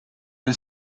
een